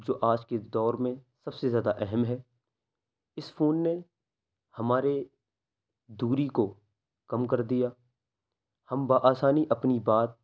جو آج کے دور میں سب سے زیادہ اہم ہے اس فون نے ہمارے دوری کو کم کردیا ہم بآسانی اپنی بات